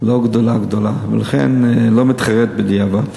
לא גדוּלה גדוֹלה, ולכן אני לא מתחרט בדיעבד.